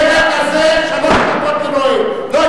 מרגע זה שלוש דקות לנואם.